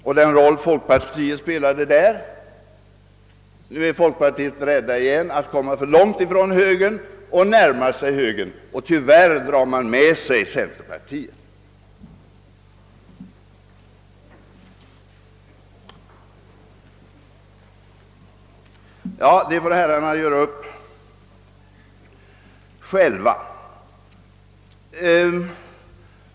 Nu är man inom folkpartiet återigen rädd för att komma för långt från högern, och man närmar sig högern. Tyvärr drar man då med sig centerpartiet. Nå, detta får herrarna göra upp själva.